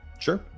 Sure